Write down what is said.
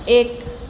એક